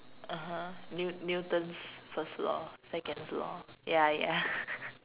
uh-huh New~ Newton's first law seconds law ya ya